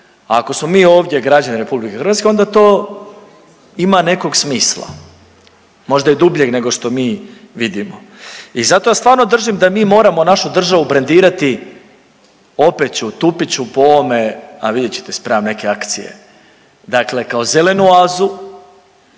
ako smo mi ovdje građani RH onda to ima nekog smisla, možda i dubljeg nego što mi vidimo. I zato ja stvarno držim da mi moramo našu državu brendirati opet ću tupit ću po ovome, a vidjet ćete spremam neke akcije, dakle kao zelenu oazu